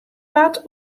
wat